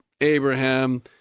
Abraham